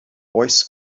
oes